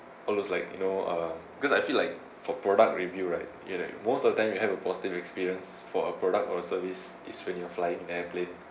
all those like you know uh because I feel like for product review right it like most of the time you have a positive experience for a product or service is when you flying an airplane